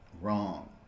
Wrong